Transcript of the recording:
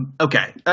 okay